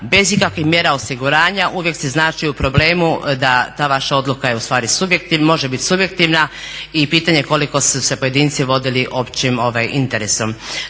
bez ikakvih mjera osiguranja, uvijek si znači u problemu da ta vaša odluka je ustvari subjektivna i pitanje je koliko su se pojedinci vodili općim interesom.